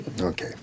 Okay